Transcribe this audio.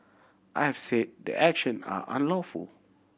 I have say the action are unlawful